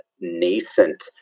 nascent